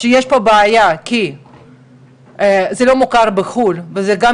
ויש פה בעיה כי זה לא מוכר בחו"ל וזה גם